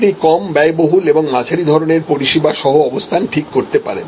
আপনি কম ব্যয়বহুল এবং মাঝারি ধরণের পরিষেবা সহ অবস্থান ঠিক করতে পারেন